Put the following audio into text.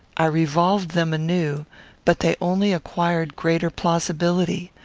i revolved them anew, but they only acquired greater plausibility.